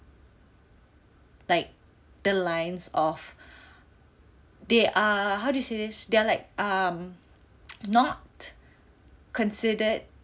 like the lines of they are how do you say this they are like um not considered